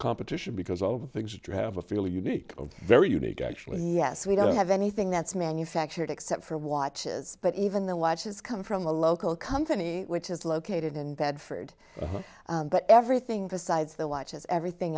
competition because i think that you have a fairly unique of very unique actually yes we don't have anything that's manufactured except for watches but even the watches come from a local company which is located in bedford but everything besides the watches everything